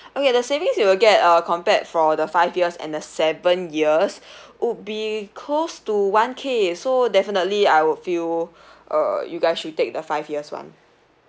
okay the savings you will get uh compared for the five years and the seven years would be close to one K so definitely I would feel uh you guys should take the five years [one]